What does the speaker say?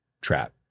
trap